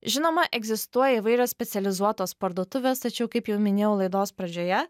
žinoma egzistuoja įvairios specializuotos parduotuvės tačiau kaip jau minėjau laidos pradžioje